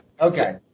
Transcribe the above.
Okay